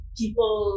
people